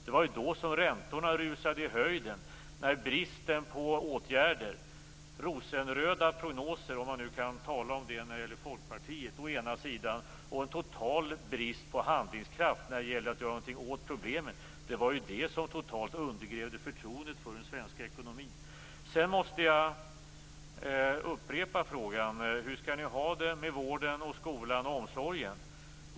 Det var då som räntorna rusade i höjden. Det var då som bristen på åtgärder och rosenröda - om man nu kan tala om sådana när det gäller Folkpartiet - prognoser och en total brist på handlingskraft för att göra någonting åt problemen totalt undergrävde förtroendet för den svenska ekonomin. Jag måste upprepa frågan. Hur skall ni ha det med vården, skolan och omsorgen?